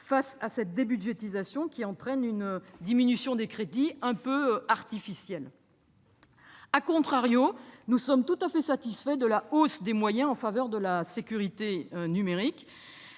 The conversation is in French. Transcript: face à cette débudgétisation, qui entraîne une diminution des crédits un peu artificielle., nous sommes tout à fait satisfaits de la hausse des moyens en faveur de la sécurité numérique